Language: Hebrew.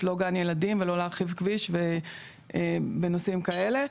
לא גן ילדים ולא להרחיב כביש ובנושאים כאלה.